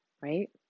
right